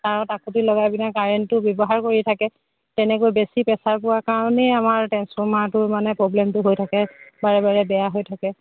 তাঁৰত হাঁকুতি লগাই পিনে কাৰেণ্টটো ব্যৱহাৰ কৰি থাকে তেনেকৈ বেছি প্ৰেচাৰ পোৱা কাৰণেই আমাৰ ট্ৰেঞ্চফৰ্মাৰটো মানে প্ৰ'ব্লেমটো হৈ থাকে বাৰে বাৰে বেয়া হৈ থাকে